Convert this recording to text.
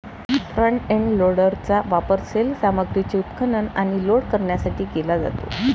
front end लोडरचा वापर सैल सामग्रीचे उत्खनन आणि लोड करण्यासाठी केला जातो